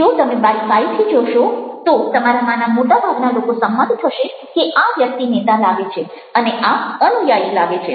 જો તમે બારીકાઈથી જોશો તો તમારામાંના મોટાભાગના લોકો સંમત થશે કે આ વ્યક્તિ નેતા લાગે છે અને આ અનુયાયી લાગે છે